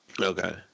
Okay